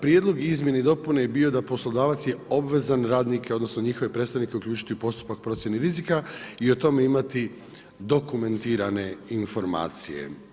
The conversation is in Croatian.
Prijedlog izmjene i dopune je bio, da poslodavac je obvezan radnike odnosno, njihove predstavnike uključiti u postupak procijene rizika i o tome imati dokumentirane informacije.